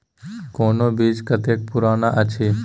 कोनो बीज कतेक पुरान अछि?